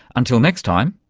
until next time,